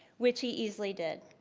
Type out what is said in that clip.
which he easily did.